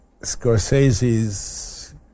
Scorsese's